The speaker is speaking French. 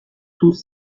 tous